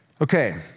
Okay